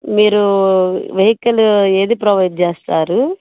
మీరు వెహికల్ ఏది ప్రొవైడ్ చేస్తారు